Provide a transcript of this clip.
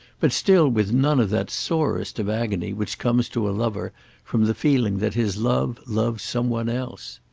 but still with none of that sorest of agony which comes to a lover from the feeling that his love loves some one else.